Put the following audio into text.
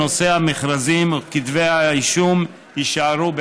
נושאי המכרזים וכתבי האישום יישארו בעינם.